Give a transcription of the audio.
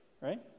Right